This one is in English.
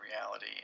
reality